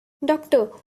doctor